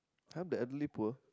!huh! the elderly poor